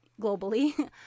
globally